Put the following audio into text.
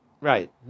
Right